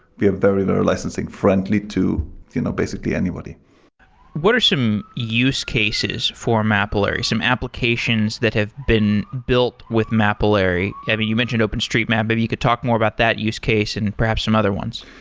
we are very, very licensing friendly to you know basically anybody what are some use cases for mapillary? some applications applications that have been built with mapillary? i mean, you mentioned openstreetmap. maybe you could talk more about that use case and perhaps some other ones.